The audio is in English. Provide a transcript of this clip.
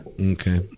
Okay